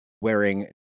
wearing